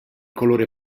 colore